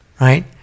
right